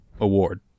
award